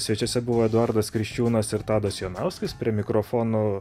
svečiuose buvo eduardas kriščiūnas ir tadas jonauskis prie mikrofono